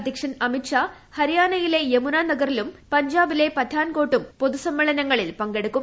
അധ്യക്ഷൻ അമിത് ഷാ ഹരിയാനയിലെ യമുനാ നഗറിലും പഞ്ചാബിലെ പത്താൻ കോട്ടും പൊതു സമ്മേളനങ്ങളിൽ പങ്കെടുക്കും